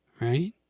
Right